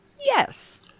Yes